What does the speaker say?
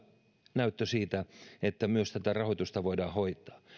näyttö siitä että myös tätä rahoitusta voidaan hoitaa